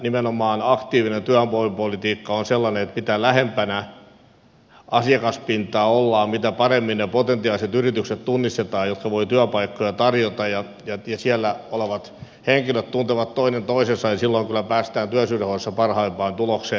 nimenomaan aktiivinen työvoimapolitiikka on sellaista että mitä lähempänä asiakaspintaa ollaan mitä paremmin tunnistetaan ne potentiaaliset yritykset jotka voivat työpaikkoja tarjota ja siellä olevat henkilöt tuntevat toinen toisensa niin silloin kyllä päästään työllisyyden hoidossa parhaimpaan tulokseen